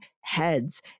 heads